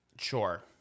Sure